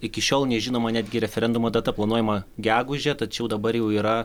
iki šiol nežinoma netgi referendumo data planuojama gegužę tačiau dabar jau yra